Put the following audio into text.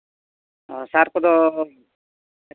ᱚ ᱥᱟᱨ ᱠᱚᱫᱚ